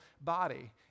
body